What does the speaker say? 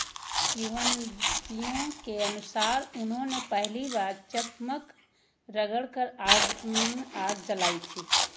किंवदंतियों के अनुसार उन्होंने पहली बार चकमक रगड़कर आग आग जलाई थी